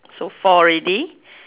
so four already